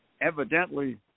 evidently